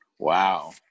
Wow